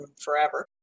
forever